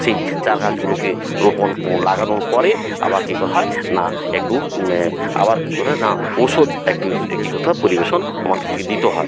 সেই চারা গাছগুলোকে রোপন ও লাগানোর পরে আবার কী করা হয় না একটু আবার কী করা হয় না ঔষধ একটুস একটি কোথাও পরিবেশন আমাকে গিয়ে দিতে হয়